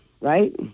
right